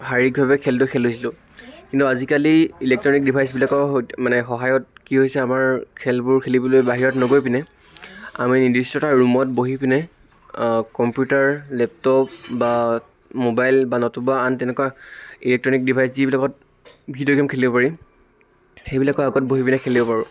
শাৰিৰীক ভাবে খেলটো খেলিছিলোঁ কিন্তু আজিকালি ইলেকট্ৰ'নিক ডিভাইচবিলাকৰ সৈত মানে সহায়ত কি হৈছে আমাৰ খেলবোৰ খেলিবলৈ বাহিৰত নগৈ পিনে আমি নিৰ্দিষ্ট এটা ৰুমত বহি পিনে কম্পিউটাৰ লেপটপ বা ম'বাইল বা নতুবা আন তেনেকুৱা ইলেকট্ৰনিক ডিভাইচ যিবিলাকত ভিডিঅ' গেম খেলিব পাৰি সেইবিলাকৰ আগত বহি পেলাই খেলিব পাৰোঁ